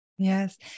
Yes